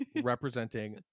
representing